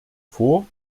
vor